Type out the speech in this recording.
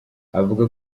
avuga